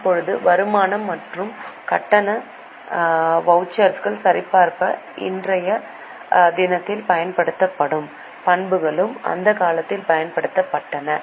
இப்போது வருமானம் மற்றும் கட்டண வவுச்சர்களை சரிபார்க்க இன்றைய தினத்தில் பயன்படுத்தப்படும் பண்புகளும் அந்த காலங்களில் பயன்படுத்தப்பட்டன